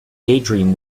daydream